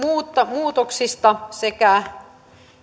muutoksista sekä